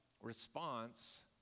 response